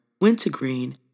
wintergreen